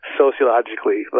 sociologically